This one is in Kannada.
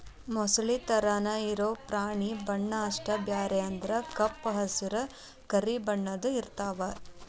ಮೊಸಳಿ ತರಾನ ಇರು ಪ್ರಾಣಿ ಬಣ್ಣಾ ಅಷ್ಟ ಬ್ಯಾರೆ ಅಂದ್ರ ಕಪ್ಪ ಹಸರ, ಕರಿ ಬಣ್ಣದ್ದು ಇರತಾವ